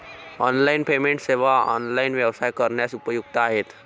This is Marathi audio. ऑनलाइन पेमेंट सेवा ऑनलाइन व्यवसाय करण्यास उपयुक्त आहेत